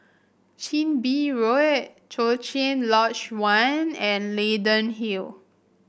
Chin Bee Road Cochrane Lodge One and Leyden Hill